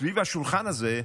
סביב השולחן הזה,